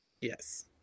Yes